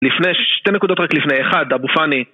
לפני, שתי נקודות רק לפני, אחד, אבו פאני